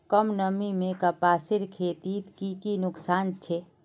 कम नमी से कपासेर खेतीत की की नुकसान छे?